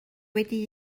wedi